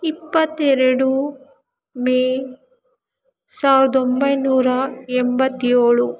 ಇಪ್ಪತ್ತೆರಡು ಮೇ ಸಾವಿರದ ಒಂಬೈನೂರ ಎಂಬತ್ತೇಳು